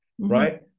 right